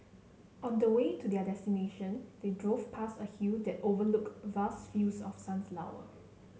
on the way to their destination they drove past a hill that overlooked vast fields of sunflower